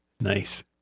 Nice